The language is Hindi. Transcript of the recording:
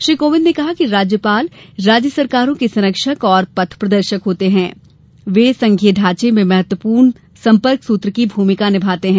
श्री कोविंद ने कहा कि राज्यपाल राज्य सरकारों के संरक्षक और पथ प्रदर्शक होते हैं और वे संघीय ढांचे में महत्वपूर्ण सम्पर्क सूत्र की भूमिका निभाते हैं